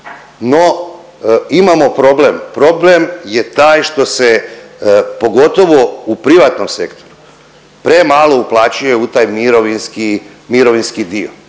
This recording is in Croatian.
No, imamo problem. Problem je taj što se pogotovo u privatnom sektoru premalo uplaćuje u taj mirovinski,